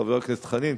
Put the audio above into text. חבר הכנסת חנין,